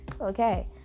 okay